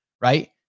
right